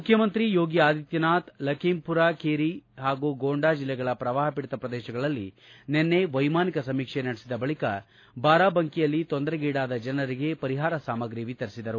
ಮುಖ್ಯಮಂತ್ರಿ ಯೋಗಿ ಆದಿತ್ತನಾಥ ಲಕಿಂಪುರಖೀರಿ ಹಾಗೂ ಗೊಂಡಾ ಜಿಲ್ಲೆಗಳ ಪ್ರವಾಹಪೀಡಿತ ಪ್ರದೇಶಗಳಲ್ಲಿ ನಿನ್ನೆ ವೈಮಾನಿಕ ಸಮೀಕ್ಷೆ ನಡೆಸಿದ ಬಳಕ ಬಾರಾಬಂಕಿಯಲ್ಲಿ ತೊಂದರೆಗೀಡಾದ ಜನರಿಗೆ ಪರಿಹಾರ ಸಾಮಗ್ರಿ ವಿತರಿಸಿದರು